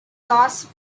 los